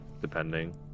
depending